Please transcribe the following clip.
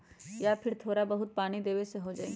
या फिर थोड़ा बहुत पानी देबे से हो जाइ?